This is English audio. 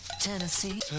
Tennessee